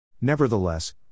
Nevertheless